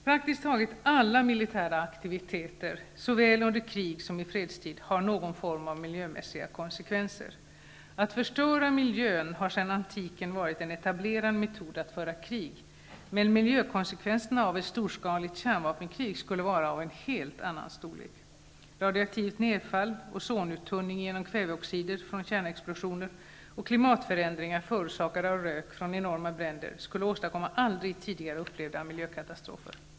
Praktiskt taget alla militära aktiviteter har, såväl under krig som i fredstid, någon form av miljömässiga konsekvenser. Att förstöra miljön har sedan antiken varit en etablerad metod att föra krig, men miljökonsekvenserna av ett storskaligt kärnvapenkrig skulle vara av en helt annan storlek. Radioaktivt nedfall, ozonuttunning genom kväveoxider från kärnexplosioner och klimatförändringar förorsakade av rök från enorma bränder skulle åstadkomma aldrig tidigare upplevda miljökatastrofer.